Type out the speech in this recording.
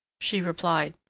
she replied,